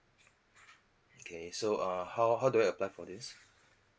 okay so uh how how do I apply for this